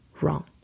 wrong